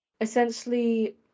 essentially